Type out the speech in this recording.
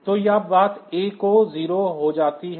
तो यह बात A को 0 हो जाती है